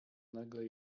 nagle